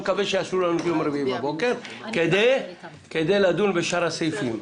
אני מקווה שיאשרו לנו ביום רביעי בבוקר כדי לדון בשאר הסעיפים.